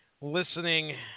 listening